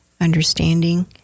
understanding